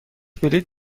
بلیط